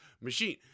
machine